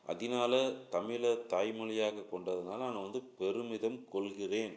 அதனால தமிழை தாய்மொழியாக கொண்டதனால நான் வந்து பெருமிதம் கொள்கிறேன்